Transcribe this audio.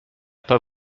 pas